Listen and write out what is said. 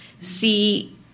see